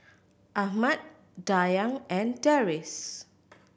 Ahmad Dayang and Deris